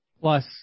Plus